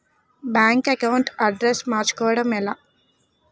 Bank account address మార్చుకోవడం ఎలా?